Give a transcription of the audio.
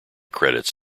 credits